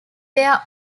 their